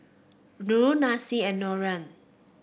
Lura Nanci and Lorenz